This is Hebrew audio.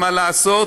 מה לעשות.